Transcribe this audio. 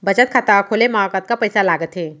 बचत खाता खोले मा कतका पइसा लागथे?